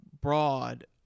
broad